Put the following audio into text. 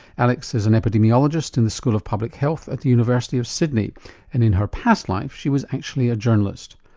alex is an epidemiologist in the school of public health at the university of sydney and in her past life she was actually a journalist.